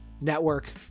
Network